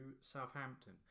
Southampton